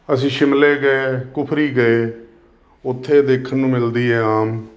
ਅਸੀਂ ਸ਼ਿਮਲੇ ਗਏ ਕੁਫਰੀ ਗਏ ਉੱਥੇ ਦੇਖਣ ਨੂੰ ਮਿਲਦੀ ਹੈ ਆਮ